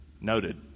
Noted